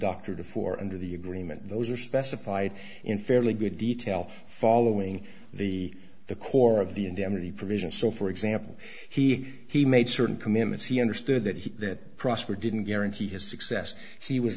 doctor to four under the agreement those are specified in fairly good detail following the the core of the indemnity provision so for example he he made certain commitments he understood that he that prosper didn't guarantee his success he was